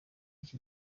iki